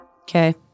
Okay